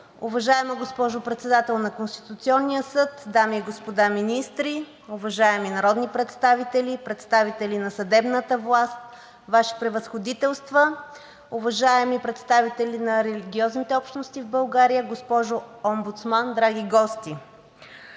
уважаема госпожо Председател на Конституционния съд, дами и господа министри, уважаеми колеги народни представители, уважаеми представители на съдебната власт, уважаеми Ваши Превъзходителства, уважаеми представители на религиозните общности в България, драги гости!